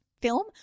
Film